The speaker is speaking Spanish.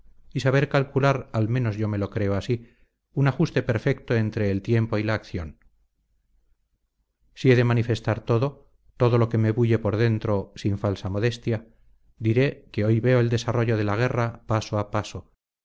y saber calcular al menos yo me lo creo así un ajuste perfecto entre el tiempo y la acción si he de manifestar todo todo lo que me bulle por dentro sin falsa modestia diré que hoy veo el desarrollo de la guerra paso a paso